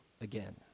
again